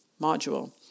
module